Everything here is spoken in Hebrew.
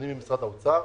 אני ממשרד האוצר.